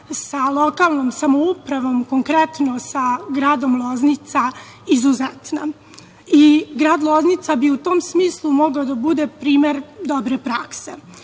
sa lokalnom samoupravom, konkretno sa gradom Loznica, izuzetna. Grad Loznica bi u to smislu mogao da bude primer dobre prakse. Kako